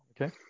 Okay